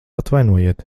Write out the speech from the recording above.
atvainojiet